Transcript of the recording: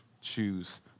choose